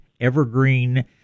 evergreen